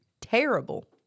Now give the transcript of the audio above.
terrible